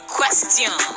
Question